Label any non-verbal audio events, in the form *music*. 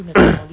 *coughs*